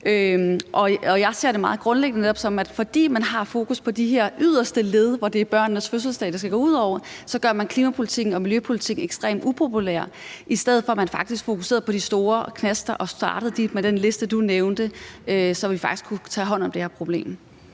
Jeg ser det meget grundlæggende sådan, at man, netop fordi man har fokus på de her yderste led, hvor det er børnenes fødselsdage, det skal gå ud over, gør klimapolitikken og miljøpolitikken ekstremt upopulær, i stedet for at man faktisk fokuserede på de store knaster og startede med den liste, du nævnte, så vi faktisk kunne tage hånd om det her problem.